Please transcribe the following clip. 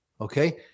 Okay